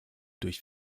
durch